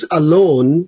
alone